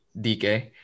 DK